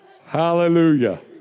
Hallelujah